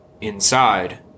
inside